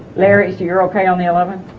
larry so you're okay on the eleventh